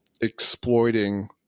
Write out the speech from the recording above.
exploiting